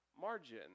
margin